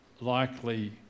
likely